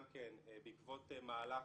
גם כן בעקבות מהלך,